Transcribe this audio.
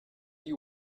you